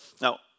Now